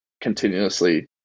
continuously